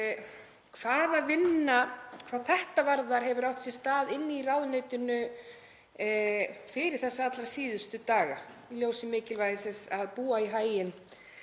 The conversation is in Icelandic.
hvaða vinna hvað þetta varðar hafi átt sér stað í ráðuneytinu fyrir þessa allra síðustu daga í ljósi mikilvægis þess að búa í haginn